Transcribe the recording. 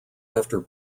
after